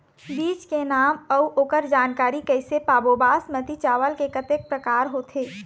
बीज के नाम अऊ ओकर जानकारी कैसे पाबो बासमती चावल के कतेक प्रकार होथे?